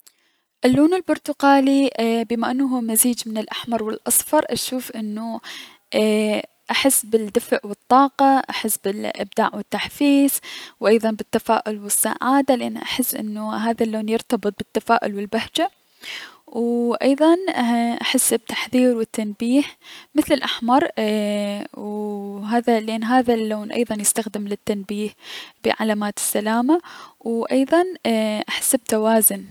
اللون البرتقالي اي- بما انه هو مزيج من الأحمر و الأصفر ف اني اشوف انو احس بالدفء و الطاقة احس بلأبداغ و التحفيز، و ايضا بالتفائل و السغادة لأن احس انه هذا اللون يرتبط بالتفائل و البهجة و ايضا ايي- احس بتحذير و تنبيه مثل الأحمر ايي- وو لأن هذا اللون ايضا يستخدم للتنبيه بعلمات السلامة و ايضا اي - احس بتوازن.